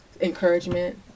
encouragement